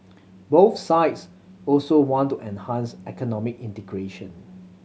both sides also want to enhance economic integration